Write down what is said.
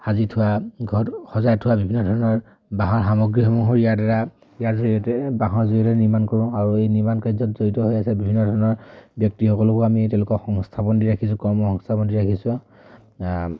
সাজি থোৱা ঘৰত সজাই থোৱা বিভিন্ন ধৰণৰ বাঁহৰ সামগ্ৰীসমূহৰ ইয়াৰ দ্বাৰা ইয়াৰ জৰিয়তে বাঁহৰ জৰিয়তে নিৰ্মাণ কৰোঁ আৰু এই নিৰ্মাণ কাৰ্যত জড়িত হৈ আছে বিভিন্ন ধৰণৰ ব্যক্তিসকলকো আমি তেওঁলোকক সংস্থাপন দি ৰাখিছোঁ কৰ্মসংস্থাপন দি ৰাখিছোঁ